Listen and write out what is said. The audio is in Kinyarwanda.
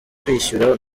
kwishyura